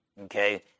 Okay